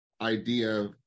idea